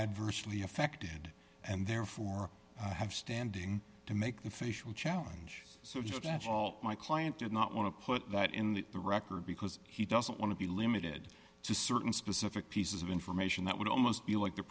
adversely affected and therefore have standing to make the facial challenge so just as all my client did not want to put that in the record because he doesn't want to be limited to certain specific pieces of information that would almost be like the